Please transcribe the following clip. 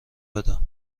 بدم